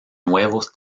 nuevos